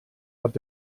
hat